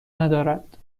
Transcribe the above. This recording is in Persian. ندارد